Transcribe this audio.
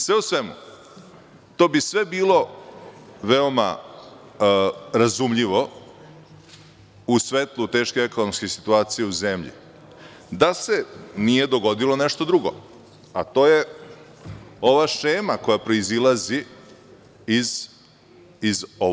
Sve u svemu, to bi sve bilo veoma razumljivo u svetlu teške ekonomske situacije u zemlji da se nije dogodilo nešto drugo, a to je ova šema koja proizilazi iz ovog predloga budžeta.